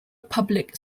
public